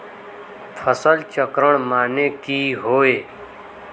फसल चक्रण माने की होय?